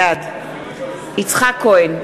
בעד יצחק כהן,